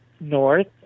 north